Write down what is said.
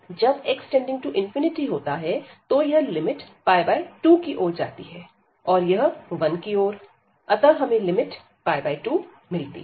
जब x→∞ होता है तो यह लिमिट 2 की ओर जाती है और यह 1 की ओर अतः हमें लिमिट 2 मिलती है